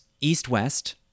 east-west